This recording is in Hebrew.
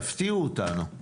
תפתיעו אותנו.